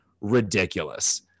ridiculous